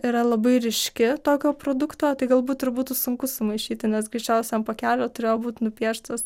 yra labai ryški tokio produkto tai galbūt ir būtų sunku sumaišyti nes greičiausiai ant pakelio turėjo būt nupieštas